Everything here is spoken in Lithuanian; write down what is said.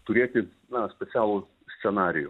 turėti na specialų scenarijų